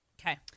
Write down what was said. Okay